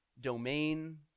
domain